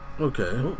Okay